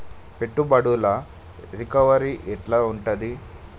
పెట్టుబడుల రికవరీ ఎట్ల ఉంటది?